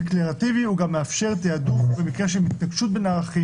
הוא גם מאפשר תעדוף במקרה של התנגשות בין ערכים,